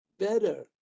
Better